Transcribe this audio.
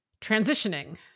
transitioning